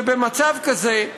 שבמצב כזה,